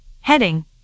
Heading